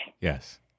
Yes